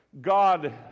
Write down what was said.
God